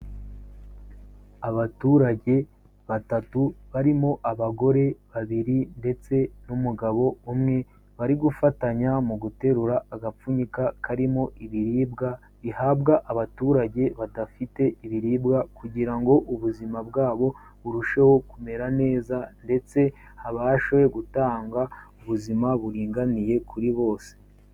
Abaturage batatu barimo abagore babiri ndetse n'umugabo umwe, bari gufatanya mu guterura agapfunyika karimo ibiribwa, bihabwa abaturage badafite ibiribwa kugira ngo ubuzima bwabo burusheho kumera neza ndetse habashe gutangwa ubuzima buringaniye kuri bose.